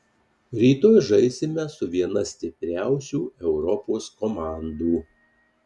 rytoj žaisime su viena stipriausių europos komandų